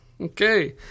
Okay